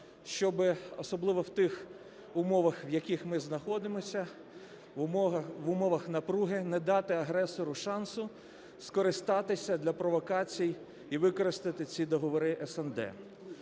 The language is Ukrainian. щоб, особливо в тих умовах, в яких ми знаходимося, в умовах напруги, не дати агресору шансу скористатися для провокацій і використати ці договори СНД.